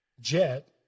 jet